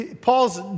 Paul's